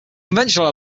conventional